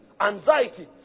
anxiety